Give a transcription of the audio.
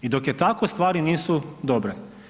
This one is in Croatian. I dok je tako stvari nisu dobre.